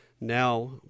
Now